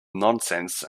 nonsense